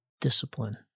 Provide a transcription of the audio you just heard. Discipline